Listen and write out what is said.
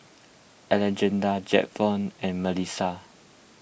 Angella Jaxon and Melissa